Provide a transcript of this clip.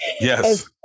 yes